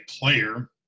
player